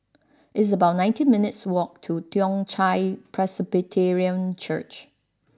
it's about nineteen minutes' walk to Toong Chai Presbyterian Church